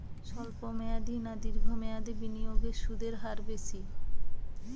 স্বল্প মেয়াদী না দীর্ঘ মেয়াদী বিনিয়োগে সুদের হার বেশী?